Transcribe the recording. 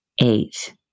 Eight